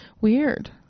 Weird